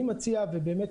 אני מציע לך,